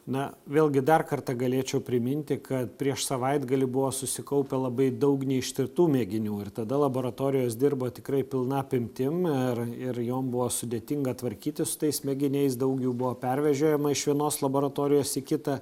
na vėlgi dar kartą galėčiau priminti kad prieš savaitgalį buvo susikaupę labai daug neištirtų mėginių ir tada laboratorijos dirbo tikrai pilna apimtimi ir ir jom buvo sudėtinga tvarkytis su tais mėginiais daug jų buvo pervežiojama iš vienos laboratorijos į kitą